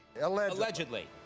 Allegedly